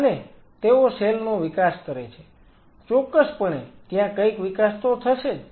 અને તેઓ સેલ નો વિકાસ કરે છે ચોક્કસપણે ત્યાં કંઈક વિકાસ તો થશે જ